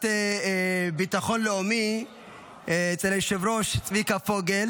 לביטחון לאומי אצל היושב-ראש צביקה פוגל,